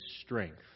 strength